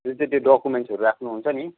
जुन चाहिँ त्यो डक्युमेन्टहरू राख्नु हुन्छ नि